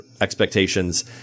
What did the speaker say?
expectations